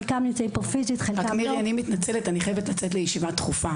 חלקם נמצאים פה פיזית